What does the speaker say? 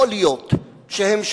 יכול להיות שהם,